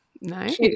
nice